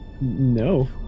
no